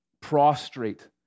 prostrate